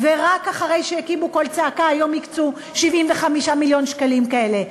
ורק אחרי שהקימו קול צעקה היום הקצו 75 מיליון שקלים כאלה?